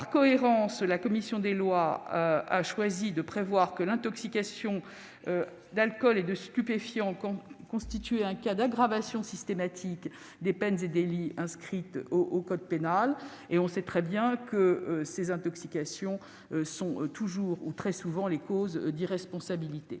Par cohérence, la commission des lois a cependant choisi de prévoir que l'intoxication alcoolique ou par stupéfiant constitue un cas d'aggravation systématique des peines et délits inscrits au code pénal. On sait en effet très bien que ces intoxications sont très souvent la cause de l'irresponsabilité.